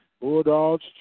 Bulldogs